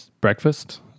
breakfast